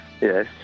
Yes